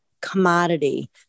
commodity